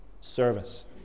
service